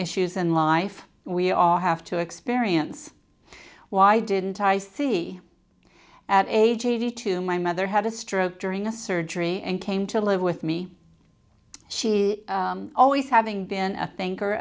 issues in life we all have to experience why didn't i see at age eighty two my mother had a stroke during a surgery and came to live with me she always having been a thinker